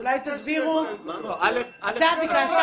זאת לא הוראת שעה,